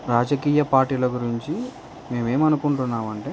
రాజకీయ పార్టీల గురించి మేము ఏమనుకుంటున్నాము అంటే